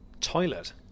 toilet